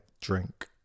drink